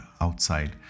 outside